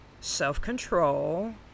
self-control